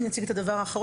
אני אציג את הדבר האחרון.